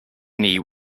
knee